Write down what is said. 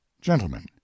Gentlemen